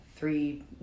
three